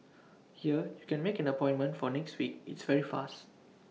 here you can make an appointment for next week it's very fast